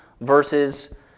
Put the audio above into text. versus